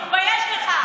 תתבייש לך.